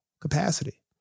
capacity